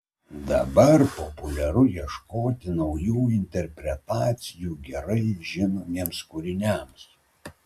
dabar populiaru ieškoti naujų interpretacijų gerai žinomiems kūriniams